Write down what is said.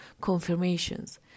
confirmations